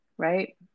Right